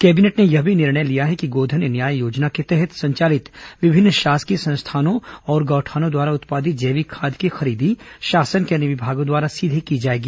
cabinet ने यह भी निर्णय लिया है कि गोधन न्याय योजना के तहत संचालित विभिन्न शासकीय संस्थानों और गौठानों द्वारा उत्पादित जैविक खाद की खरीदी शासन के अन्य विभागों द्वारा सीधे की जाएगी